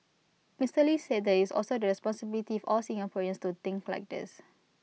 Mister lee said that IT is also the responsibility of all Singaporeans to think like this